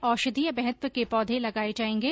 इनमें औषधीय महत्व के पौधे लगाये जायेंगे